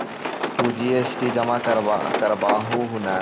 तु जी.एस.टी जमा करवाब हहु न?